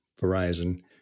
Verizon